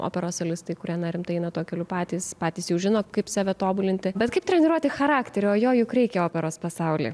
operos solistai kurie rimtai eina tuo keliu patys patys jau žino kaip save tobulinti bet kaip treniruoti charakterį o jo juk reikia operos pasauly